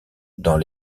dans